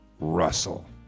Russell